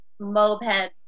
mopeds